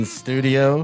studio